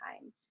time